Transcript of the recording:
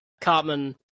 Cartman